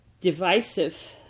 Divisive